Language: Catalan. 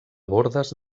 bordes